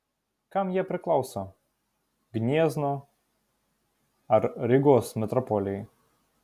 kam jie priklauso gniezno ar rygos metropolijai